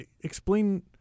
explain